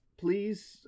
Please